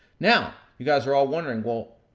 now, you guys are all wondering well,